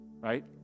right